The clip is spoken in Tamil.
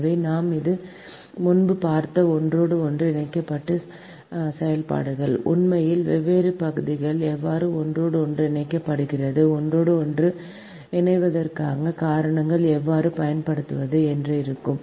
எனவே இது நாம் முன்பு பார்த்த ஒன்றோடொன்று இணைக்கப்பட்ட செயல்பாடுகள் உண்மையில் வெவ்வேறு பகுதிகள் எவ்வாறு ஒன்றோடொன்று இணைக்கப்பட்டுள்ளன ஒன்றோடொன்று இணைந்ததற்கான காரணங்கள் எவ்வாறு பயனுள்ளதாக இருக்கும்